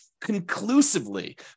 conclusively